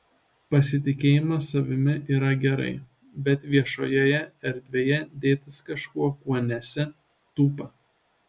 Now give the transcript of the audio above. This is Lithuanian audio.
pasitikėjimas savimi yra gerai bet viešojoje erdvėje dėtis kažkuo kuo nesi tūpa